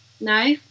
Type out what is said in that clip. No